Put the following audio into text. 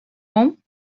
home